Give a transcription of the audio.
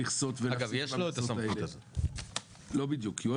אולי זה נכון לתמיכה בחקלאים תומכי גדר כל מדינה והאינטרס שלה.